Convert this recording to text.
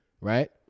right